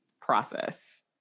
process